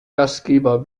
gastgeber